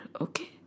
okay